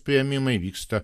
priėmimai vyksta